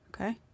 Okay